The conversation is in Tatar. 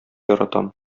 яратам